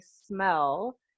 smell